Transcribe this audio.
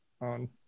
on